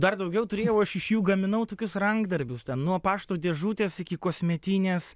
dar daugiau turėjau aš iš jų gaminau tokius rankdarbius ten nuo pašto dėžutės iki kosmetinės